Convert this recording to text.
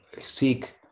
seek